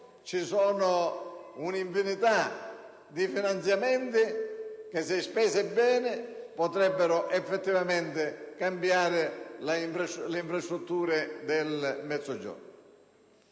ci sono un'infinità di finanziamenti che, se spesi bene, potrebbero effettivamente cambiare le infrastrutture del Mezzogiorno.